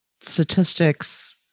statistics